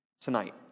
tonight